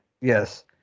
Yes